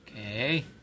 Okay